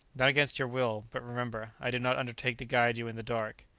not against your will but remember, i do not undertake to guide you in the dark.